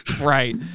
right